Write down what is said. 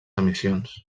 emissions